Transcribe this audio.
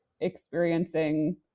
experiencing